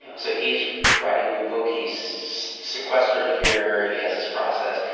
so he's writing a new book. he's sequestered here. he has his process.